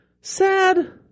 Sad